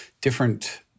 different